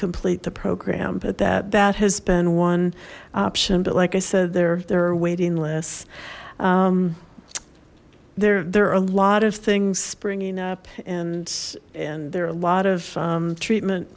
complete the program but that bat has been one option but like i said there there are waiting lists there there are a lot of things springing up and and there are a lot of treatment